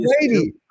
lady